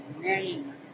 name